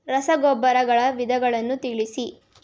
ರಸಗೊಬ್ಬರಗಳ ವಿಧಗಳನ್ನು ತಿಳಿಸಿ?